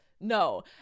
no